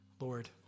Lord